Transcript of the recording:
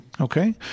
okay